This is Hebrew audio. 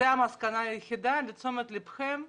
זו המסקנה היחידה, לתשומת לבכם.